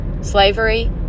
Slavery